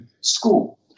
school